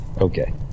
okay